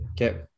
Okay